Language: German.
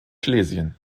schlesien